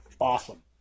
awesome